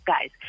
guys